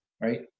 right